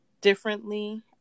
differently